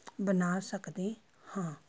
ਬਣਾ ਸਕਦੇ ਹਾਂ